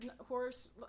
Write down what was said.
horse